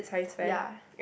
ya